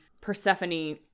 Persephone